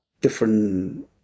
different